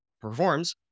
performs